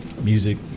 music